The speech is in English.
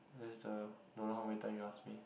that's the don't know how many time you asked me